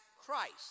Christ